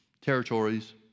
territories